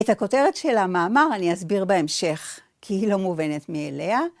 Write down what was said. את הכותרת של המאמר אני אסביר בהמשך, כי היא לא מובנת מאליה.